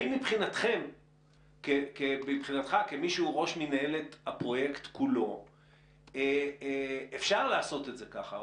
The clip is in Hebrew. האם מבחינתך כמי שהוא ראש מינהלת הפרויקט כולו אפשר לעשות את זה כך?